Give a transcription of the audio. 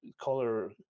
color